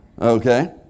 Okay